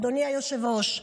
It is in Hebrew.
אדוני היושב-ראש,